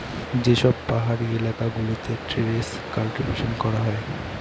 যে সব পাহাড়ি এলাকা গুলোতে টেরেস কাল্টিভেশন করা হয়